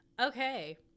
Okay